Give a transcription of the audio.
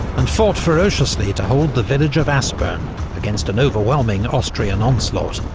and fought ferociously to hold the village of aspern against an overwhelming austrian onslaught.